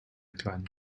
kleinen